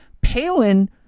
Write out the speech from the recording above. Palin